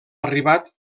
arribat